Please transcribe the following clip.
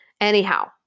Anyhow